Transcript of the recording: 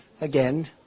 again